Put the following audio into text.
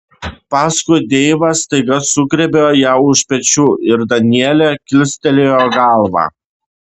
paskui deivas staiga sugriebė ją už pečių ir danielė kilstelėjo galvą